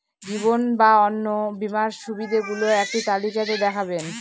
জীবন বা অন্ন বীমার সুবিধে গুলো একটি তালিকা তে দেখাবেন?